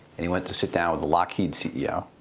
and he went to sit down with the lockheed ceo.